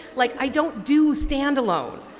like, i don't do stand alone.